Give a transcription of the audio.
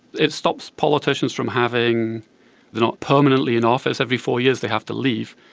it stops politicians from having, they are not permanently in office every four years, they have to leave.